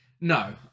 No